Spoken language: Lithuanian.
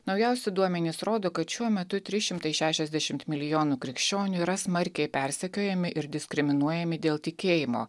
naujausi duomenys rodo kad šiuo metu trys šimtai šešiasdešimt milijonų krikščionių yra smarkiai persekiojami ir diskriminuojami dėl tikėjimo